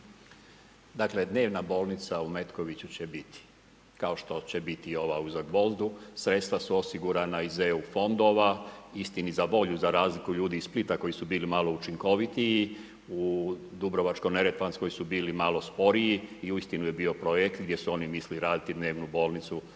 Dakle, dnevna bolnica u Metkoviću će biti, kao što će biti i ova u Zagvozdu, sredstva su osigurana iz EU fondova. Istini za volju za razliku ljudi iz Splita koji su bili malo učinkovitiji, u Dubrovačko-neretvanskoj su bili malo sporiji i uistinu je bio projekt gdje su oni mislili raditi dnevnu bolnicu